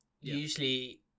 usually